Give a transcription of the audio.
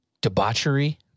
debauchery